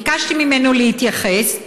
וביקשתי ממנו להתייחס.